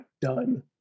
done